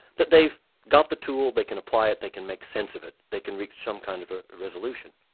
that they've got the tool, they can apply it, they can make sense of it, they can reach some kind of a resolution.